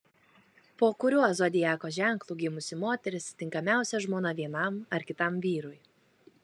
po kuriuo zodiako ženklu gimusi moteris tinkamiausia žmona vienam ar kitam vyrui